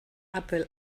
apple